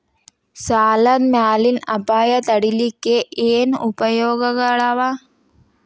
ಸಾಲದ್ ಮ್ಯಾಲಿನ್ ಅಪಾಯ ತಡಿಲಿಕ್ಕೆ ಏನ್ ಉಪಾಯ್ಗಳವ?